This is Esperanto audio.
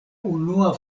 unua